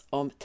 om